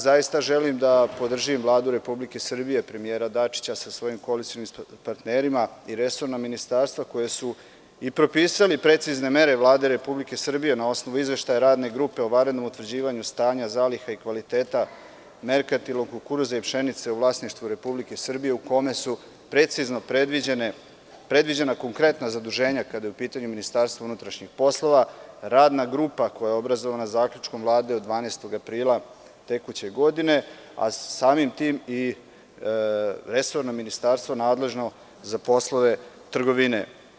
Zaista želim da podržim Vladu Republike Srbije, premijera Dačića sa svojim koalicionim partnerima i resorna ministarstva koji su i propisali precizne mere Vlade Republike Srbije na osnovu Izveštaja Radne grupe o vanrednom utvrđivanja stanja, zaliha i kvaliteta merkatilnog kukuruza i pšenice u vlasništvu Republike Srbije, u kome su precizno predviđena konkretna zaduženja kada je u pitanju MUP, Radna grupa koja je obrazovana zaključkom Vlade od 12. aprila tekuće godine, a samim tim resorno ministarstvo nadležno za poslove trgovine.